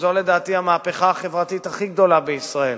שזו לדעתי המהפכה החברתית הכי גדולה בישראל,